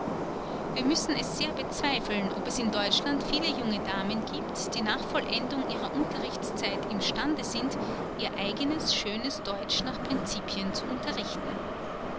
wir müssen es sehr bezweifeln ob es in deutschland viele jungen damen gibt die nach vollendung ihrer unterrichtszeit im stande sind ihr eignes schönes deutsch nach principien zu unterrichten